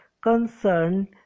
concerned